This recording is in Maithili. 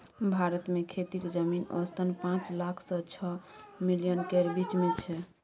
भारत मे खेतीक जमीन औसतन पाँच लाख सँ छअ मिलियन केर बीच मे छै